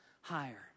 Higher